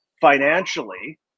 financially